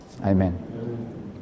amen